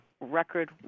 Record